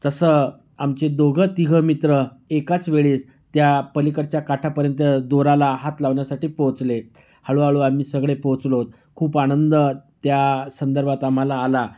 तसं आमचे दोघंतिघं मित्र एकाच वेळेस त्या पलीकडच्या काठापर्यंत दोराला हात लावण्यासाठी पोहोचले आहेत हळुहळू आम्ही सगळे पोहोचलो आहोत खूप आनंद त्या संदर्भात आम्हाला आला